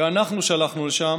שאנחנו שלחנו לשם,